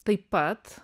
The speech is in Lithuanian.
taip pat